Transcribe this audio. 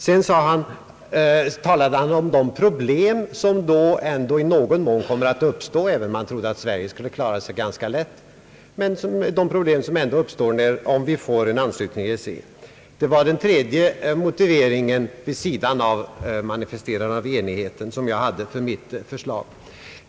Sedan talade herr Geijer om de problem som i någon mån kommer att uppstå — även om han trodde att Sverige skulle kom ma att klara sig ganska lätt — om vi får en anslutning till EEC. Detta var vid sidan av manifesterandet av enigheten den tredje motiveringen som jag hade för mitt förslag.